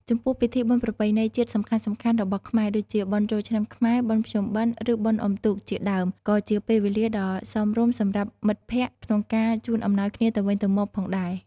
ចំពោះពិធីបុណ្យប្រពៃណីជាតិសំខាន់ៗរបស់ខ្មែរ ដូចជា បុណ្យចូលឆ្នាំខ្មែរ បុណ្យភ្ជុំបិណ្ឌ ឬបុណ្យអុំទូក ជាដើម ក៏ជាពេលវេលាដ៏សមរម្យសម្រាប់មិត្តភក្តិក្នុងការជូនអំណោយគ្នាទៅវិញទៅមកផងដែរ។